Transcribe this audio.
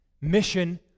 Mission